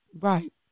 Right